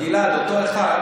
גלעד, אותו אחד